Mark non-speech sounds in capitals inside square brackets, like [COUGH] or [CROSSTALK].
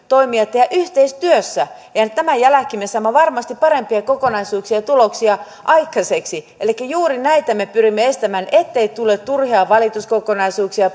[UNINTELLIGIBLE] toimijat tehdä yhteistyössä ja tämän jälkeen me saamme varmasti parempia kokonaisuuksia ja tuloksia aikaiseksi elikkä juuri näitä me pyrimme estämään ettei tule turhia valituskokonaisuuksia [UNINTELLIGIBLE]